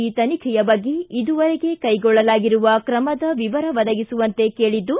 ಈ ತನಿಖೆಯ ಬಗ್ಗೆ ಇದುವರೆಗೆ ಕೈಗೊಳ್ಳಲಾಗಿರುವ ಕ್ರಮದ ವಿವರ ಒದಗಿಸುವಂತೆ ಕೇಳಿದ್ದು